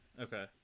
Okay